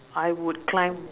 I would climb